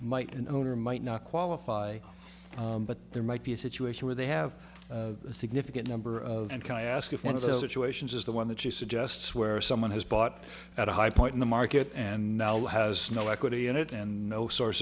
might an owner might not qualify but there might be a situation where they have a significant number of and can i ask if one of those situations is the one that she suggests where someone has bought at a high point in the market and now has no equity in it and no source